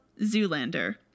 *Zoolander*